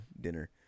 dinner